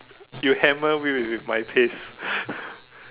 you hammer with with with my pace